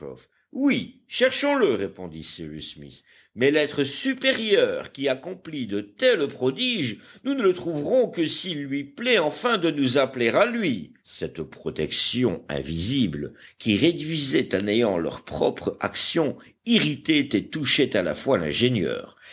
oui cherchons le répondit cyrus smith mais l'être supérieur qui accomplit de tels prodiges nous ne le trouverons que s'il lui plaît enfin de nous appeler à lui cette protection invisible qui réduisait à néant leur propre action irritait et touchait à la fois l'ingénieur